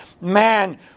man